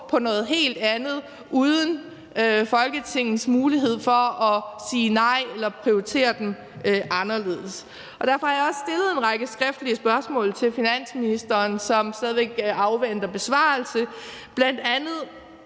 på noget helt andet uden Folketingets mulighed for at sige nej eller prioritere dem anderledes. Derfor har jeg også stillet en række skriftlige spørgsmål til finansministeren, som stadig væk afventer besvarelse,